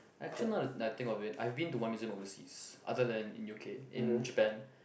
actual now that I think of it I've been to one museum overseas other than in U_K in Japan